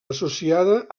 associada